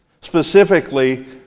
Specifically